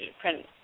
print